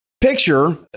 picture